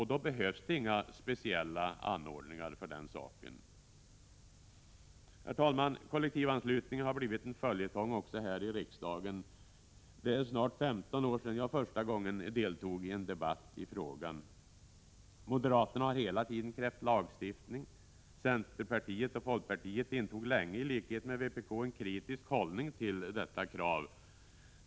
Då behövs inga speciella ZOO —- anordningar för den saken. Kollektivanslutningen har blivit en följetong också här i riksdagen. Det är snart 15 år sedan jag första gången deltog i en debatt i frågan. Moderaterna har hela tiden krävt lagstiftning. Centerpartiet och folkpartiet intog länge, i likhet med vpk, en kritisk hållning till detta krav.